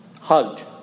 Hugged